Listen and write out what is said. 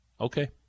Okay